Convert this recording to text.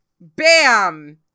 bam